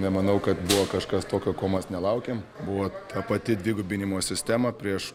nemanau kad buvo kažkas tokio ko mes nelaukėm buvo ta pati dvigubinimo sistema prieš